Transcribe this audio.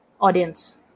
audience